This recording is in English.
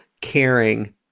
caring